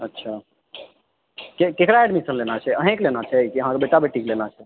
अच्छा के केकरा एडमिशन लेना छै अहीँकेँ लेना छै कि अहाँके बेटा बेटीके लेना छै